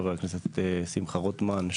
חבר הכנסת שמחה רוטמן,